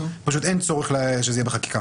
ואין צורך שזה יהיה בחקיקה.